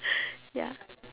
ya